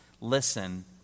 Listen